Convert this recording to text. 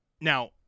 Now